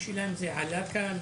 השאלה האם זה עלה כאן?